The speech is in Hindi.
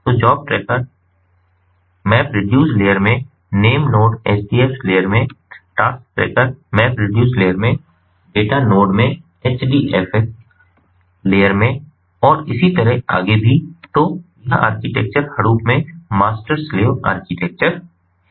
तो जॉब ट्रैकर MapReduce लेयर में नेम नोड HDFs लेयर में टास्क ट्रैकर MapReduce लेयर में डेटा नोड में HDFs लेयर में और इसी तरह आगे भी तो यह आर्किटेक्चर हडूप में मास्टर स्लेव आर्किटेक्चर है